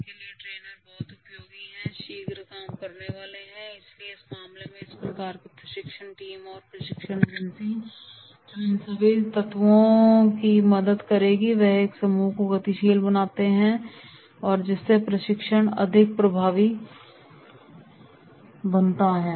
उनके लिए ट्रेनर बहुत उपयोगी है और शीघ्र काम करने वाले हैंइसलिए इस मामले में इस प्रकार की प्रशिक्षण टीम और प्रशिक्षण एजेंसी जो इन सभी तत्वों की मदद करेगी वह एक समूह को गतिशील बनाती है और जिससे प्रशिक्षण अधिक प्रभावी बनता है